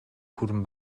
хүрэн